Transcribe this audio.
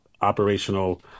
operational